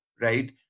right